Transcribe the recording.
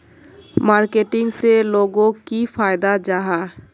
Marketing से लोगोक की फायदा जाहा?